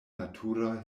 natura